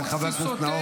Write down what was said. חבר הכנסת נאור?